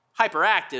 hyperactive